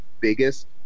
biggest